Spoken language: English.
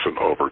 over